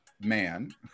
man